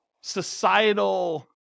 societal